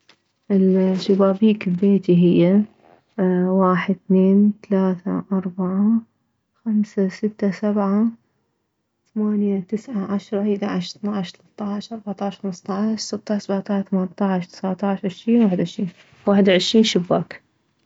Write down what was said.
الشبابيك ببيتي هي واحد ثنين ثلاثة اربعة خمسة ستة سبعة ثمانية تسعة عشرة احدعش ثناعش ثلثطعش اربعطش خمشطعش ستطعش سبعطش ثمنطعش تساطعش عشرين واحد وعشرين واحد وعشرين شباك